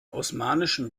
osmanischen